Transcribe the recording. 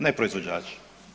Ne proizvođači.